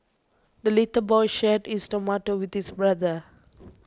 the little boy shared his tomato with his brother